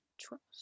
trust